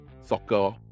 soccer